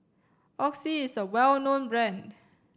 oxy is a well known brand